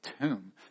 tomb